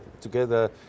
together